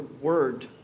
word